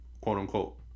quote-unquote